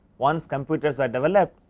ones computers are develop,